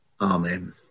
amen